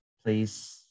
please